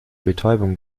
betäubung